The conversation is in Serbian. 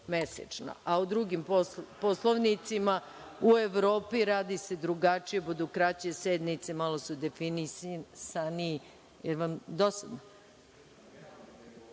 a u drugim poslovnicima u Evropi radi se drugačije, budu kraće sednice, malo su definisaniji.